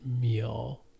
meal